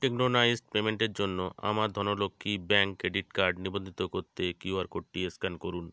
টেকনোনাইসড পেমেন্টের জন্য আমার ধনলক্ষ্মী ব্যাংক ক্রেডিট কার্ড নিবন্ধিত করতে কিউ আর কোডটি স্ক্যান করুন